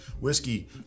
whiskey